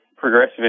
progressive